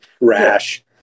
rash